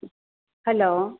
hello